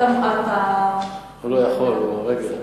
הוא לא יכול, הוא עם הרגל.